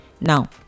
now